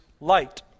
light